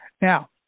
Now